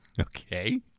Okay